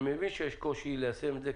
אני מבין שיש קושי ליישם את זה,